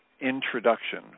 introduction